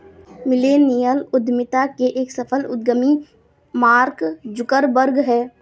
millennial उद्यमिता के एक सफल उद्यमी मार्क जुकरबर्ग हैं